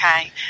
Okay